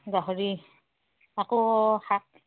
গাহৰি আকৌ শাক